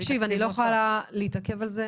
אני לא יכולה להתעכב על זה,